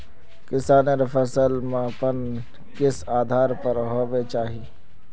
किसानेर फसल मापन किस आधार पर होबे चही?